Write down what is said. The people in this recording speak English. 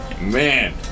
Man